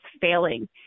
failing